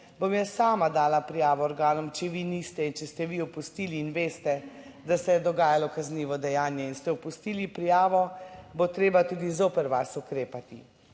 bom jaz sama dala prijavo organom, če vi niste, in če ste vi opustili in veste, da se je dogajalo kaznivo dejanje in ste opustili prijavo, bo treba tudi zoper vas ukrepati.